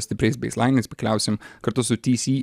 stipriais beis lainais pakliausiem kartu su tisi